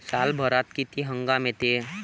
सालभरात किती हंगाम येते?